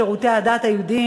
אין מתנגדים.